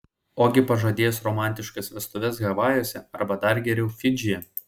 ogi pažadėjęs romantiškas vestuves havajuose arba dar geriau fidžyje